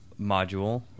module